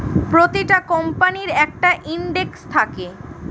প্রতিটা কোম্পানির একটা ইন্ডেক্স থাকে